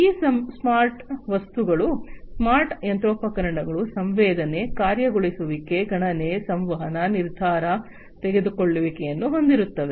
ಈ ಸ್ಮಾರ್ಟ್ ವಸ್ತುಗಳು ಸ್ಮಾರ್ಟ್ ಯಂತ್ರೋಪಕರಣಗಳು ಸಂವೇದನೆ ಕಾರ್ಯಗತಗೊಳಿಸುವಿಕೆ ಗಣನೆ ಸಂವಹನ ನಿರ್ಧಾರ ತೆಗೆದುಕೊಳ್ಳುವಿಕೆಯನ್ನು ಹೊಂದಿರುತ್ತವೆ